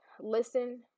listen